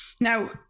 Now